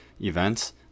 events